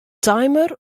timer